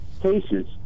cases